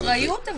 באחריות.